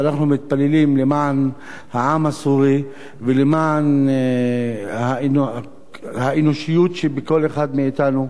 שאנחנו מתפללים למען העם הסורי ולמען האנושיות שבכל אחד מאתנו.